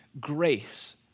grace